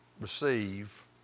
receive